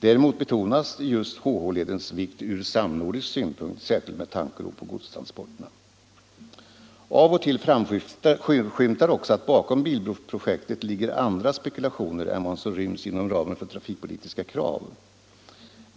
Däremot betonas HH-ledens vikt ur samnordisk synpunkt, särskilt med tanke på godstransporterna. Av och till framskymtar också att bakom bilbroprojektet ligger andra spekulationer än vad som ryms inom ramen för trafikpolitiska krav.